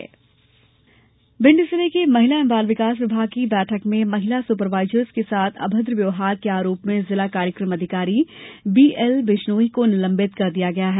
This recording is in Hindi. निलंबन भिंड जिले के महिला एवं बाल विकास विभाग की बैठक में महिला सुपरवाइजर्स के साथ अभद्र व्यवहार के आरोपी जिला कार्यक्रम अधिकारी बीएल विश्नोई को निलंबित कर दिया गया है